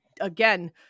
again